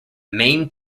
main